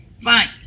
Fine